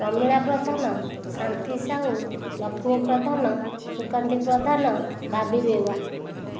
ପ୍ରମିଳା ପ୍ରଧାନ ଶାନ୍ତି ସାହୁ ଲକ୍ଷ୍ମୀ ପ୍ରଧାନ ସୁକାନ୍ତି ପ୍ରଧାନ ଭାବି ବେରୁଆ